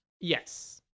Yes